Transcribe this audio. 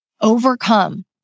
overcome